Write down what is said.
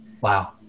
Wow